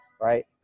Right